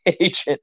agent